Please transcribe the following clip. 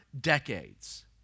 decades